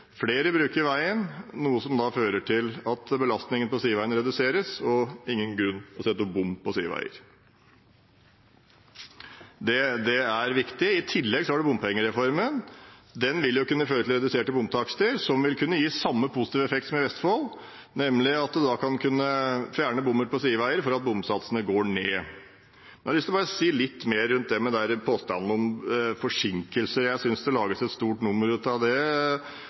flere bruker veien, er noe som fører til at belastningen på sideveiene reduseres, og at det ikke er noen grunn til å sette bom på sideveier. Det er viktig. I tillegg har vi bompengereformen. Den vil jo kunne føre til reduserte bomtakster, som vil kunne gi samme positive effekt som i Vestfold, nemlig at man kan fjerne bommer på sideveier fordi bomsatsene går ned. Jeg har lyst til å si litt mer rundt dette med påstanden om forsinkelser. Jeg synes det lages et stort nummer av det,